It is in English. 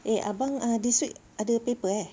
eh abang uh this week ada paper eh